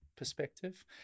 perspective